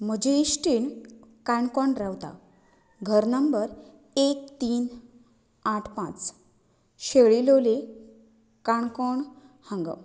म्हजें इश्टीण काणकोण रावता घर नंबर एक तीन आठ पांच शेळीं लोलयें काणकोण हांगा